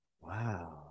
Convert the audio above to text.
wow